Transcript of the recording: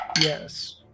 Yes